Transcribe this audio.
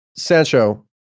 Sancho